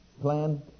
Plan